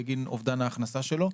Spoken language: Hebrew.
בגין אובדן ההכנסה שלו.